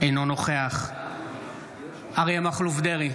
אינו נוכח אריה מכלוף דרעי,